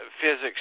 physics